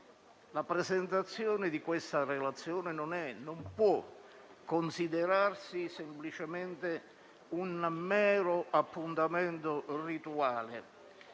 La presentazione di questa relazione non è non può considerarsi semplicemente un mero appuntamento rituale,